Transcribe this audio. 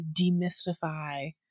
demystify